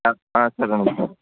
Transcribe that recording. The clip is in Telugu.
ఆ ఆ సరేనండి